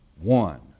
One